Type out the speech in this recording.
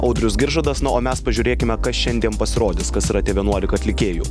audrius giržadas na o mes pažiūrėkime kas šiandien pasirodys kas yra tie vienuolika atlikėjų